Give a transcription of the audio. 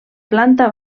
planta